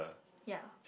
ya